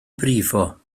brifo